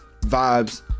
Vibes